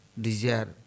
desire